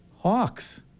hawks